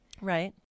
Right